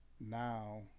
Now